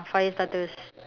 fire starters